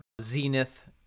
Zenith